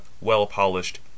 well-polished